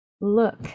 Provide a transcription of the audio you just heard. look